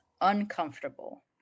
uncomfortable